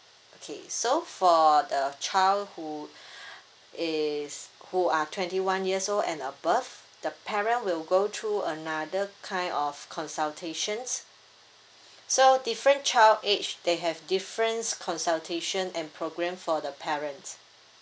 okay so for the child who is who are twenty one years old and above the parent will go through another kind of consultations so different child age they have difference consultation and program for the parents